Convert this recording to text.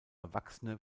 erwachsene